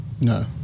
No